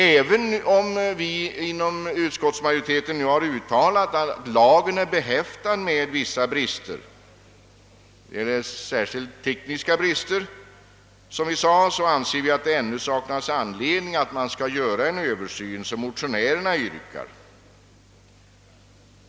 Även om vi inom utskottsmajoriteten nu har uttalat att lagen är behäftad med vissa, särskilt tekniska, brister anser vi att det ännu saknas anledning att göra den översyn som motionärerna yrkar.